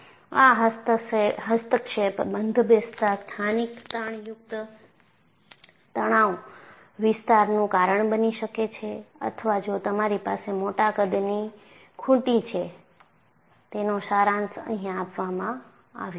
આ હસ્તક્ષેપ બંધબેસતા સ્થાનિક તાણયુક્ત તણાવ વિસ્તારનું કારણ બની શકે છે અથવા જો તમારી પાસે મોટા કદની ખુંટી છે તેનો સારાંશ અહીંયા આપવામાં આવ્યો છે